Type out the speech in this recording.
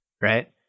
Right